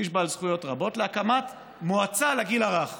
איש בעל זכויות רבות, להקמת מועצה לגיל הרך.